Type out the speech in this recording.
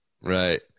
Right